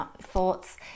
thoughts